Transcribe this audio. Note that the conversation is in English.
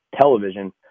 television